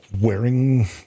wearing